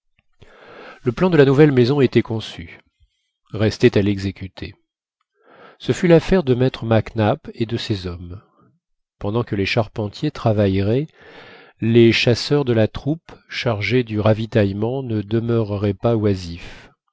le plan de la nouvelle maison était conçu restait à l'exécuter ce fut l'affaire de maître mac nap et de ses hommes pendant que les charpentiers travailleraient les chasseurs de la troupe chargés du ravitaillement ne demeureraient pas oisifs